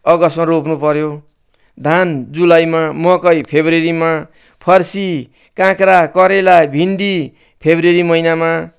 अगस्टमा रोप्नु पऱ्यो धान जुलाईमा मकै फब्रुअरीमा फर्सी काँक्रा करेला भिन्डी फब्रुअरी महिनामा